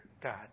God